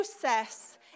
process